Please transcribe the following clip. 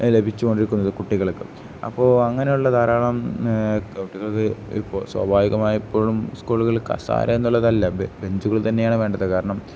ലഭിച്ചുകൊണ്ടിരിക്കുന്നത് കുട്ടികൾക്ക് അപ്പോൾ അങ്ങനെയുള്ള ധാരാളം കുട്ടികൾക്ക് ഇപ്പോൾ സ്വാഭാവികമായപ്പോഴും സ്കൂളുകൾ കസേര എന്നുള്ളതല്ല ബെഞ്ചുകൾ തന്നെയാണ് വേണ്ടത് കാരണം